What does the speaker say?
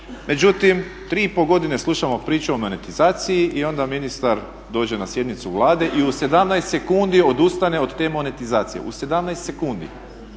međutim 3,5 godine slušamo priču o monetizaciji i onda ministar dođe na sjednicu Vlade i u 17 sekundi odustane od te monetizacije, u 17 sekundi